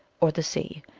or the sea,